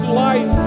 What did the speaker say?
light